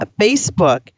Facebook